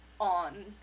on